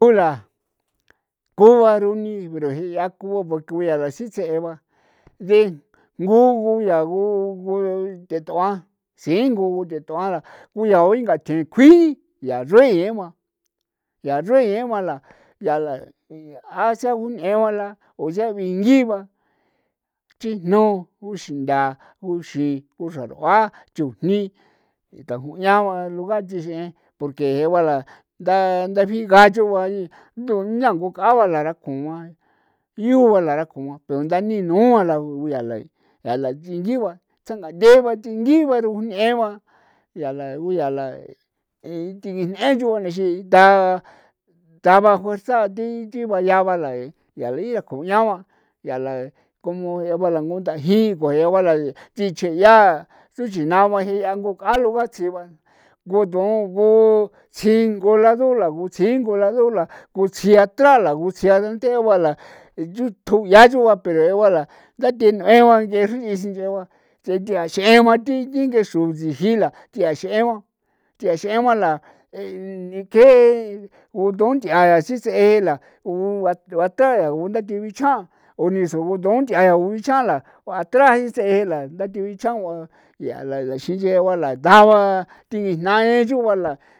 Ku ra kuba runi pero ji'a kuuba porque ku yaa jitsee ba de gu guya gu gu tet'uan singu tet'uaran ndingathin kjuin yaa xruin ba yaa xruin ba yaa la o sea uñeebe la o sea bingiba la chijno guxindaa uxii xra'ua chujni taju'ña ba luga chixen'e be porque je'o la ba nda bitjaa choo ba ndu nyaa juk'aba la bara kuan pero la ku yaa la dii nchringi ba changa theba la thingii baru ñee yaa la ku yaa la bee tingin'en choo ba nixin thaba thaba fuerza ba ti ti bayaaba la yaa lia kuñao ba yaa la como je'a langu thajii ba la ti tsicheeya suchina baji ngu a lo bachi ba gudu gutsji ngula dula ngutsji ngula dula gutsji atrala gutsji a la nth'e ba la yutju ya tsjugua pero gua la ndathe n'eba ng'e sing'e ba tsetea xeen ba ti xeen ba la nike guthun nt'ia sits'e la see u batu ndathe bichjan o ni xroon tunthia'a atra la jitse'e la ndathe bichjan ba yaa la xinchee ba la taa ba thingijna ba jnae choo ba la.